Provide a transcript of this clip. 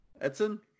Edson